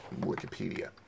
Wikipedia